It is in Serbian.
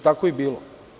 Tako je bilo.